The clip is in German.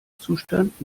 zustand